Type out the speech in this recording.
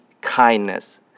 kindness